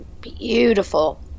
beautiful